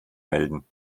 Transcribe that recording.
melden